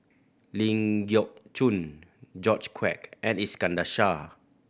Ling Geok Choon George Quek and Iskandar Shah